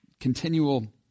continual